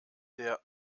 der